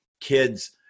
kids